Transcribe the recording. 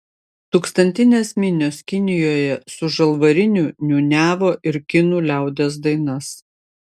tūkstantinės minios kinijoje su žalvariniu niūniavo ir kinų liaudies dainas